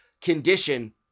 condition